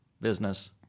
business